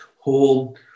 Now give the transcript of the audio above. hold